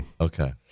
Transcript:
Okay